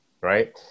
right